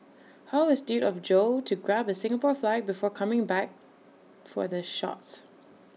how astute of Joe to grab A Singapore flag before coming back for the shots